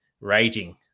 raging